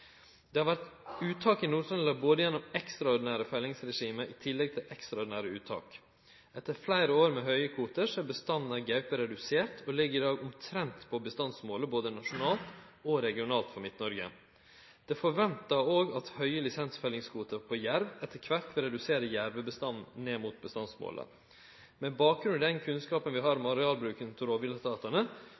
Det har vore uttak i Nord-Trøndelag gjennom ekstraordinære fellingsregime i tillegg til ekstraordinære uttak. Etter fleire år med høge kvotar er bestanden av gaupe redusert og ligg i dag omtrent på bestandsmålet både nasjonalt og regionalt for Midt-Noreg. Det er forventa at òg høge lisensfellingskvotar på jerv etter kvart vil redusere jervebestanden ned mot bestandsmålet. Med bakgrunn i den kunnskapen vi har om arealbruken til